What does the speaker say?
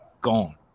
gone